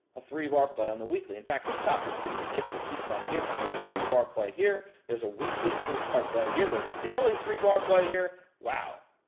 a three bar play on the weekly. in fact, this stock has just been the gift that keeps on giving. there's a three bar play here, there's a weekly three bar play here, there's a daily three bar play here, wow.